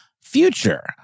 future